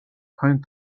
paint